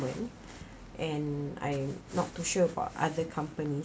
and I'm not too sure for other company